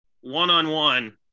one-on-one